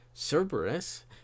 Cerberus